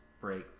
break